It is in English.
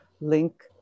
link